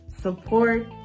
support